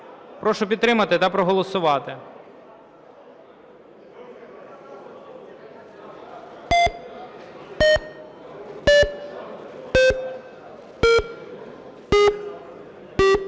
Прошу підтримати та проголосувати.